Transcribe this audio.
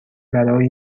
برای